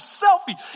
selfie